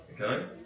okay